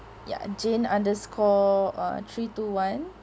ya jane underscore uh three two one